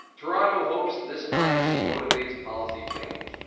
tirado hopes this time she motivates policy change.